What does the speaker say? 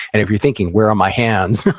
and if you're thinking, where are my hands?